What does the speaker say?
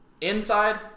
Inside